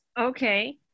Okay